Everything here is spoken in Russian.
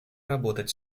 работать